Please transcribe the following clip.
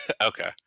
Okay